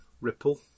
ripple